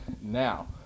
now